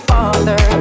Father